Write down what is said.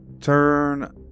turn